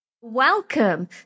Welcome